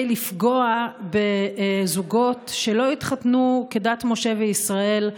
לפגוע בזוגות שלא התחתנו כדת משה וישראל,